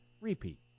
repeat